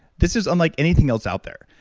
this is unlike anything else out there.